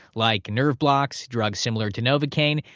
like nerve blocks, drugs similar to novocain,